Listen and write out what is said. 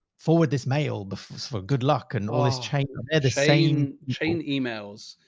forward this mail before for good luck and all this chain. they're the same chain emails.